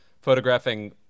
photographing